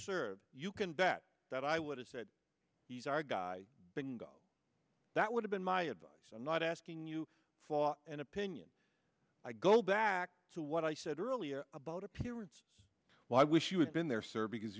serve you can bet that i would have said he's our guy bingo that would have been my advice i'm not asking you flaw an opinion i go back to what i said earlier about appearance well i wish you had been there sir because